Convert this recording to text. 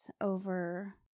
over